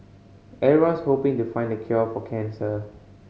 everyone's hoping to find the cure for cancer